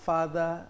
Father